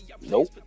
nope